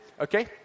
Okay